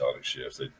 shifts